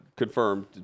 confirmed